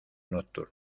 nocturno